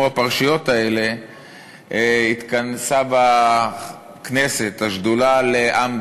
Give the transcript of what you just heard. הפרשיות האלה התכנסו בכנסת השדולה לעם,